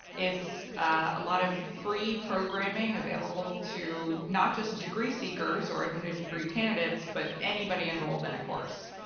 it's a lot of free programming available to not just degree-seekers or admitted degree candidates, but anybody enrolled in a course.